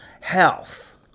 health